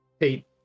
Eight